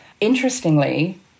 Interestingly